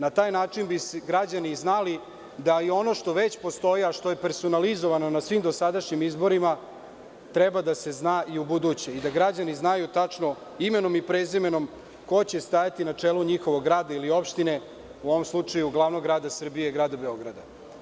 Na taj način bi građani znali da i ono što već postoji, a što je personalizovano na svim dosadašnjim izborima, treba da se zna i ubuduće i da građani znaju tačno, imenom i prezimenom, ko će stajati na čelu njihovog grada ili opštine, u ovom slučaju glavnog grada Srbije, Grada Beograda.